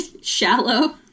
shallow